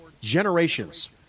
generations